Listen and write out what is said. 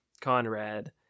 Conrad